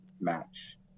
match